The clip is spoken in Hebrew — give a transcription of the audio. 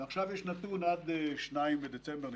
ועכשיו יש נתון עד 2 בדצמבר.